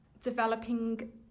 developing